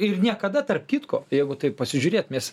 ir niekada tarp kitko jeigu taip pasižiūrėt nes